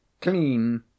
Clean